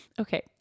Okay